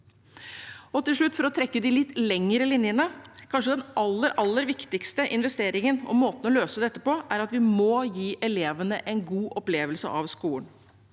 Og til slutt, for å trekke de litt lengre linjene: Kanskje den aller, aller viktigste investeringen og måten å løse dette på er at vi må gi elevene en god opplevelse av skolen.